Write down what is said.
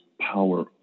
power